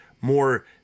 more